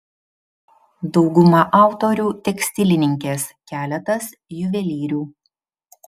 dauguma autorių tekstilininkės keletas juvelyrių